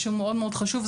שהוא מאוד מאוד חשוב,